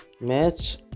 match